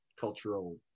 cultural